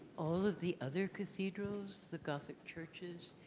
all of the other cathedrals, the gothic churches,